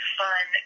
fun